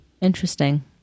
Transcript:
Interesting